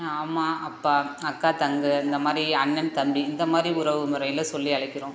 அம்மா அப்பா அக்கா தங்கை இந்த மாதிரி அண்ணா தம்பி இந்த மாதிரி உறவு முறையில சொல்லி அழைக்கிறோம்